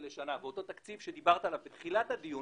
לשנה ומאותו תקציב שדיברת עליו בתחילת הדיון